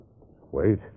Wait